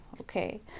okay